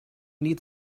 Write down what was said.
need